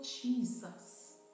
Jesus